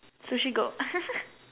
sushi go